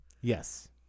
Yes